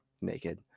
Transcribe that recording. naked